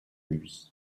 lui